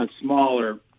smaller